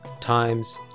times